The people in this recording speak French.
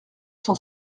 cent